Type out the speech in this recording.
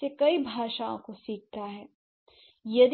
से कई भाषाओं को सीखता है